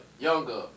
younger